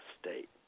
state